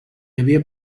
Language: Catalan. havia